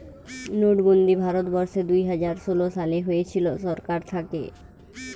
নোটবন্দি ভারত বর্ষে দুইহাজার ষোলো সালে হয়েছিল সরকার থাকে